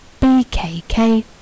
BKK